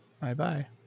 Bye-bye